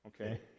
okay